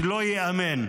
לא ייאמן.